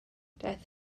daeth